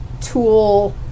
Tool